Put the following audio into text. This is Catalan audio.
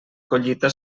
collita